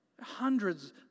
Hundreds